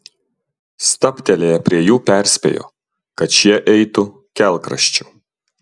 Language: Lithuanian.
stabtelėję prie jų perspėjo kad šie eitų kelkraščiu